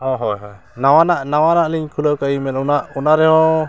ᱦᱳᱭ ᱦᱳᱭ ᱱᱟᱣᱟᱱᱟᱜ ᱱᱟᱣᱟᱱᱟᱜ ᱞᱤᱧ ᱠᱷᱩᱞᱟᱹᱣ ᱠᱮᱜᱼᱟ ᱤᱼᱢᱮᱞ ᱚᱱᱟ ᱚᱱᱟ ᱨᱮᱦᱚᱸ